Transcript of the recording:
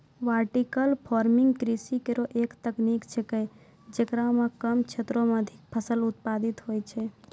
vertical farming कृषि केरो एक तकनीक छिकै, जेकरा म कम क्षेत्रो में अधिक फसल उत्पादित होय छै